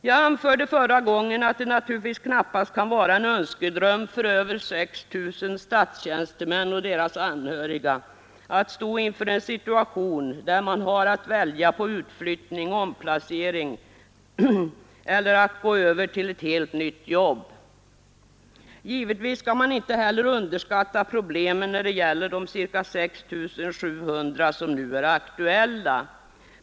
Jag anförde förra gången att det naturligtvis knappast kan vara en önskedröm för över 6 000 statstjänstemän och deras anhöriga att ha att välja mellan utflyttning, omplacering och övergång till ett helt nytt jobb. Givetvis skall man inte heller underskatta problemen när det gäller de ca 3 700 som nu är aktuella.